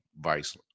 Vice